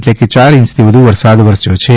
એટલે કે ચાર ઈંચથી વધુ વરસાદ વરસ્યો છે